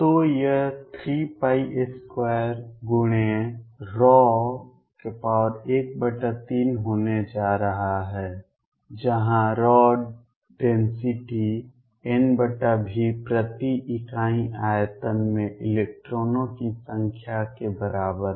तो यह 32×ρ13 होने जा रहा है जहां ρNV प्रति इकाई आयतन में इलेक्ट्रॉनों की संख्या के बराबर है